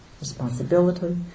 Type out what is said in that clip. responsibility